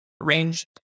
range